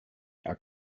are